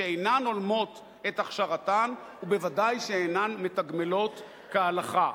שאינן הולמות את הכשרתן ובוודאי שאינן מתגמלות כהלכה,